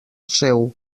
seu